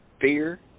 fear